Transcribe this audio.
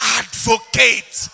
advocate